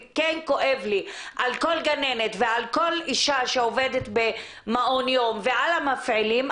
וכן כואב לי על כל גננת ועל כל אשה שעובדת במעון יום ועל המפעילים,